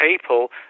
people